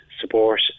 support